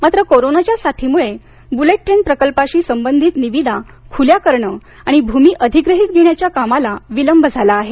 मात्र कोरोनाच्या साथीमुळे बुलेट ट्रेनच्या प्रकल्पाशीसंबंधित निविदा खुल्या करणं आणि भूमी अधिग्रहित घेण्याच्या कामाला विलंब झाला आहे